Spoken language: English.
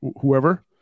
whoever